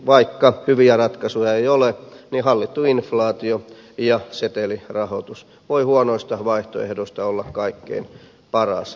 vaikka hyviä ratkaisuja ei ole niin hallittu inflaatio ja setelirahoitus voi huonoista vaihtoehdoista olla kaikkein paras tällä hetkellä